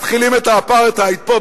מתחילים את האפרטהייד פה,